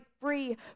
free